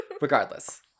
Regardless